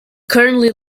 currently